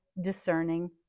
discerning